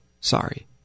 Sorry